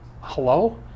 hello